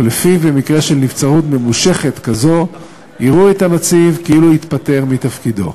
ולפיו במקרה של נבצרות ממושכת כזו יראו את הנציב כאילו התפטר מתפקידו,